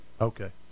Okay